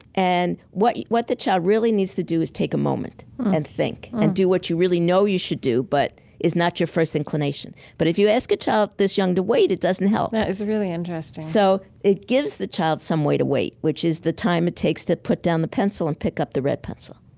and what what the child really needs to do is take a moment and think and do what you really know you should do but is not your first inclination. but if you ask a child this young to wait it doesn't help that is really interesting so it gives the child some way to wait, which is the time it takes to put down the pencil and pick up the red pencil